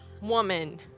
woman